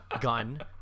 gun